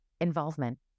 involvement